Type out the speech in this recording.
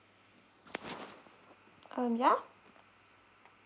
um yeah